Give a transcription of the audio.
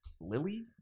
Lily